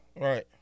Right